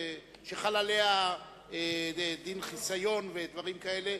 שחל עליה דין חיסיון ודברים כאלה,